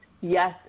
yes